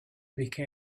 become